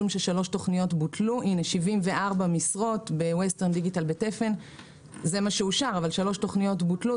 74 משרות בווסטרן דיגיטל בתפן שאושרו - כתוב ששלוש תוכניות בוטלו.